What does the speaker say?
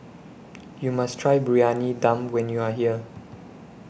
YOU must Try Briyani Dum when YOU Are here